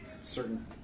certain